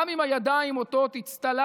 גם אם הידיים עוטות אצטלה